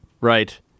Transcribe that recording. Right